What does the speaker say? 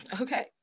Okay